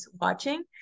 watching